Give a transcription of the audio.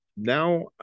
Now